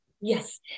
Yes